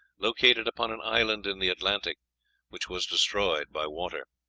located upon an island in the atlantic which was destroyed by water.